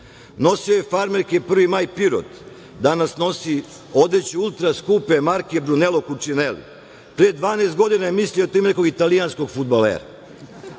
Nosio je farmerke „Prvi maj Pirot“, danas nosi odeću ultra skupe marke Brunelo Kučineli. Pre 12 godina je mislio da je to ime nekog italijanskog fudbalera. Nikola